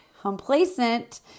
complacent